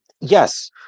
yes